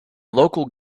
local